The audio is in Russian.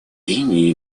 индии